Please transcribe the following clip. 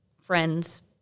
Friends